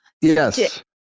Yes